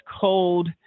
cold